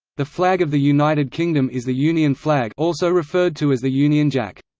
the flag of the united kingdom is the union flag also referred to as the union jack.